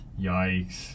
Yikes